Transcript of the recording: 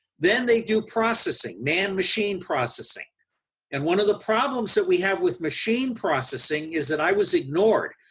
then they do processing, man machine processing and one of the problems that we have with machine processing is that i was ignored.